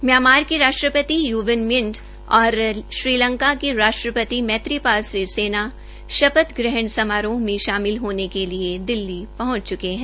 Myanmar के राष्ट्रपति U Win Myint और श्रीलंका के राष्ट्रपति मैत्रीवाल सिरीसेना शपथ ग्रहण समारोह में शामिल होने के लिये दिल्ली पहंच च्के है